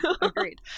agreed